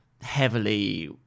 heavily